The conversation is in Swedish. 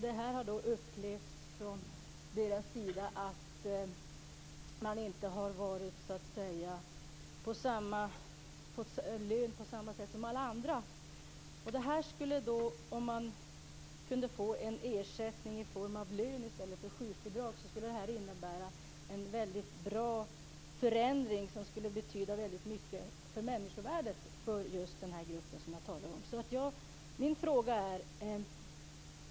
Detta har från de här människornas sida upplevts som att de inte fått lön på samma sätt som alla andra. Om de kunde få ersättning i form av lön i stället för sjukbidrag skulle det vara en väldigt bra förändring som betydde väldigt mycket för den här gruppens människovärde.